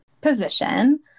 position